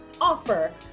offer